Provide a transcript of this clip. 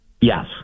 Yes